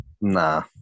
Nah